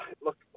Look